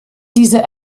diese